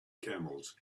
camels